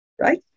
right